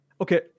okay